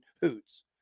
hoots